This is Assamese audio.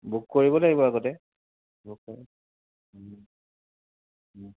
বুক কৰিব লাগিব আগতে বুক কৰি